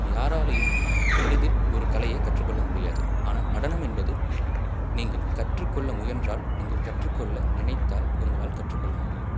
யாராலையும் எளிதில் ஒரு கலையை கற்றுக்கொள்ள முடியாது ஆனால் நடனம் என்பது நீங்கள் கற்றுக்கொள்ள முயன்றால் நீங்கள் கற்றுக்கொள்ள நினைத்தால் உங்களால் கற்றுக்கொள்ள முடியும்